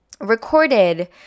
recorded